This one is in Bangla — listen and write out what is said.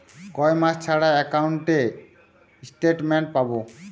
কয় মাস ছাড়া একাউন্টে স্টেটমেন্ট পাব?